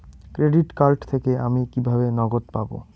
Credit card থেকে আমি কিভাবে নগদ পাব?